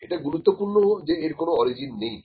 এটা গুরুত্বপূর্ণ যে এর কোনো অরিজিন নেই